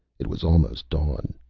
it was almost dawn.